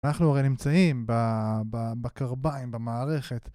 אנחנו הרי נמצאים בקרביים, במערכת.